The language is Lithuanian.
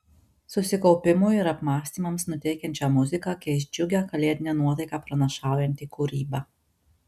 susikaupimui ir apmąstymams nuteikiančią muziką keis džiugią kalėdinę nuotaiką pranašaujanti kūryba